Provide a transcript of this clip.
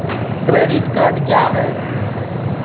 Credit card क्या हैं?